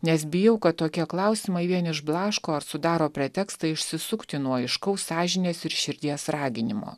nes bijau kad tokie klausimai vien išblaško ar sudaro pretekstą išsisukti nuo aiškaus sąžinės ir širdies raginimo